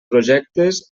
projectes